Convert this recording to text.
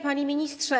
Panie Ministrze!